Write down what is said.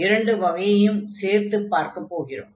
இரண்டு வகையையும் சேர்த்துப் பார்க்கப் போகிறோம்